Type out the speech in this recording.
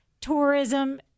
Tourism